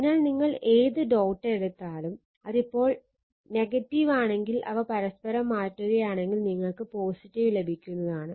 അതിനാൽ നിങ്ങൾ ഏത് ഡോട്ട് എടുത്താലും അതിപ്പോൾ ആണെങ്കിൽ അവ പരസ്പരം മാറ്റുകയാണെങ്കിൽ നിങ്ങൾക്ക് ലഭിക്കുന്നതാണ്